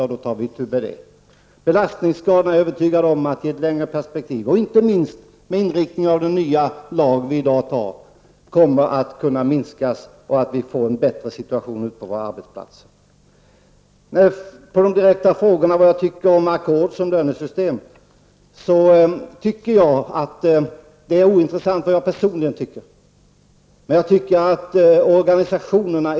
Jag är övertygad om att belastningsskadorna i ett längre perspektiv -- och inte minst med stöd av den nya lagstiftning som skall antas i dag -- kommer att kunna minskas, så att situationen på våra arbetsplatser blir bättre. Det är ointressant vad jag personligen anser om ackord som lönesystem.